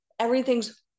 everything's